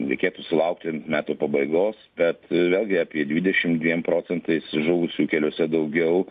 reikėtų sulaukti metų pabaigos bet vėlgi apie dvidešimt dviem procentais žuvusiųjų keliuose daugiau